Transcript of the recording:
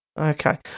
Okay